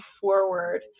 forward